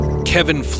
Kevin